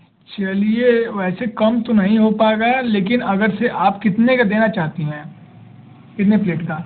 चलिए वैसे कम तो नहीं हो पाएगा लेकिन अगरचे आप कितने का देना चाहती है कितने प्लेट का